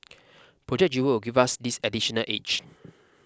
Project Jewel will give us this additional edge